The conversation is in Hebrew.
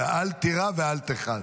ואל תירא ואל תיחת,